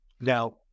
Now